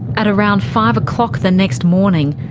at around five o'clock the next morning,